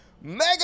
mega